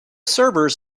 servers